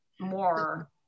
more